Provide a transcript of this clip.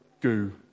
goo